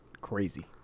Crazy